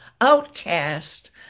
outcast